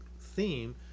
theme